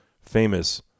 famous